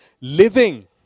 living